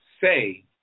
say